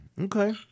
Okay